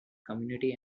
community